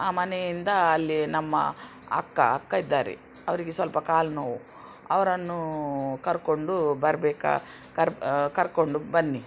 ಆ ಮನೆಯಿಂದ ಅಲ್ಲಿ ನಮ್ಮ ಅಕ್ಕ ಅಕ್ಕ ಇದ್ದಾರೆ ಅವರಿಗೆ ಸ್ವಲ್ಪ ಕಾಲು ನೋವು ಅವರನ್ನೂ ಕರ್ಕೊಂಡು ಬರಬೇಕಾ ಕರ ಕರಕೊಂಡು ಬನ್ನಿ